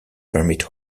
permit